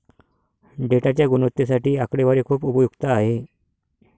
डेटाच्या गुणवत्तेसाठी आकडेवारी खूप उपयुक्त आहे